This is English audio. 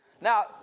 Now